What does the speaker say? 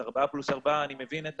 אז עכשיו זה 4 פלוס 4. אני מבין את